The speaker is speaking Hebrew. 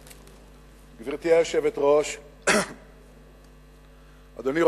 סדר-היום: התנהלותה הכושלת של ממשלת